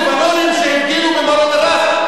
לבנונים שהפגינו במארון א-ראס.